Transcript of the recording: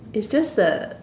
it's just the